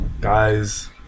guys